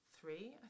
three